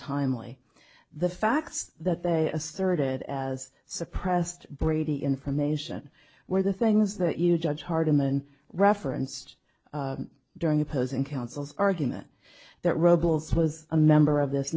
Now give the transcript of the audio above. timely the facts that they asserted as suppressed brady information where the things that you judge hardiman referenced during opposing counsel's argument that robles was a member of this